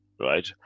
Right